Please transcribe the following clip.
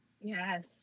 Yes